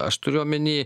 aš turiu omeny